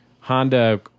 honda